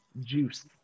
Juice